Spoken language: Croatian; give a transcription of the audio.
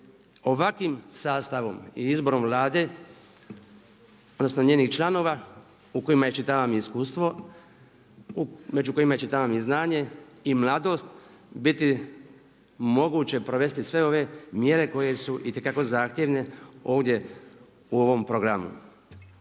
ovakvim sastavom i izborom Vlade odnosno njenih članova u kojima iščitavam iskustvo, među kojima iščitavam i znanje i mladost biti moguće provesti sve ove mjere koje su itekako zahtjevne ovdje u ovom programu.